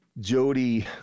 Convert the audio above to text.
Jody